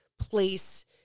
place